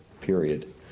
period